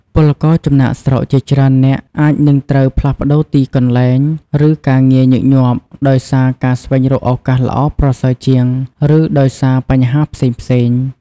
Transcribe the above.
ពលករចំណាកស្រុកជាច្រើននាក់អាចនឹងត្រូវ ផ្លាស់ប្តូរទីកន្លែង ឬការងារ ញឹកញាប់ ដោយសារការស្វែងរកឱកាសល្អប្រសើរជាង ឬដោយសារបញ្ហាផ្សេងៗ ។